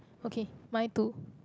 okay mine too